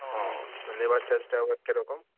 ও labour চার্জটা আবার কিরকম